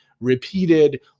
repeated